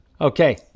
Okay